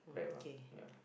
correct [what] yeah